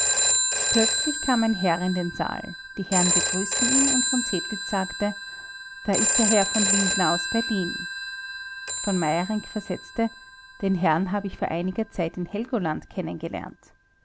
plötzlich kam ein herr in den saal die herren begrüßten ihn und v zedlitz sagte da ist ja herr v lindner aus berlin v meyerinck versetzte den herrn habe ich vor einiger zeit in helgoland